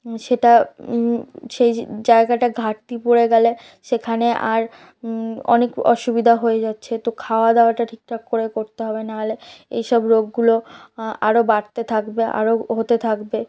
সেটা সেই জায়গাটা ঘাটতি পড়ে গেলে সেখানে আর অনেক অসুবিধা হয়ে যাচ্ছে তো খাওয়া দাওয়াটা ঠিকঠাক করে করতে হবে নাহলে এইসব রোগগুলো আরও বাড়তে থাকবে আরও হতে থাকবে